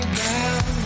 down